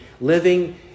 living